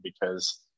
because-